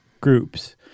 groups